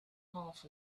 half